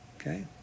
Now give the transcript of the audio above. Okay